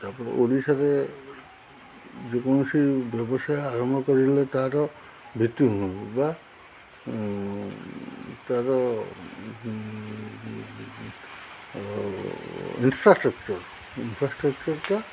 ତା'ପରେ ଓଡ଼ିଶାରେ ଯେକୌଣସି ବ୍ୟବସାୟ ଆରମ୍ଭ କରିଲେ ତାର ଭିତ୍ତିଭୂମି ବା ତା'ର ଯେଉଁ ଇନଫ୍ରାଷ୍ଟ୍ରକଚର ଇନଫ୍ରାଷ୍ଟ୍ରକଚରଟା